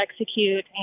execute